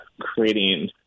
creating